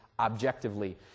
Objectively